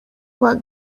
what